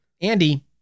Andy